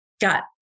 got